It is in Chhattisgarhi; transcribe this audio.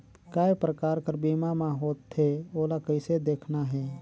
काय प्रकार कर बीमा मा होथे? ओला कइसे देखना है?